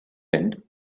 end